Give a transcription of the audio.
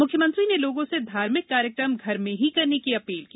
मुख्यमंत्री ने लोगों से धार्मिक कार्यक्रम घर में ही करने की अपील की